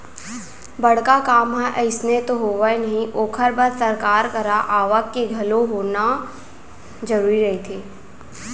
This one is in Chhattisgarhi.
बड़का काम ह अइसने तो होवय नही ओखर बर सरकार करा आवक के घलोक होना जरुरी रहिथे